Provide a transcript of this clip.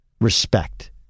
Respect